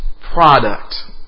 product